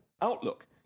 outlook